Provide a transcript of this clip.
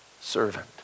servant